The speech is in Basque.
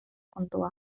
kontua